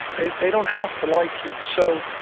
they they don't have to like you. so,